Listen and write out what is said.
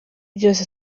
byose